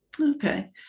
Okay